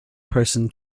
person